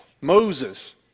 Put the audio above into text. Moses